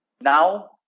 Now